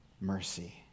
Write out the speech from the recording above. mercy